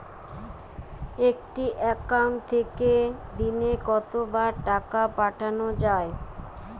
একটি একাউন্ট থেকে দিনে কতবার টাকা পাঠানো য়ায়?